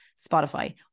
Spotify